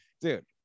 Dude